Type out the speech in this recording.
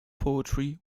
poetry